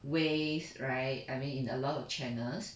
ways right I mean in a lot of channels